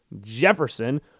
Jefferson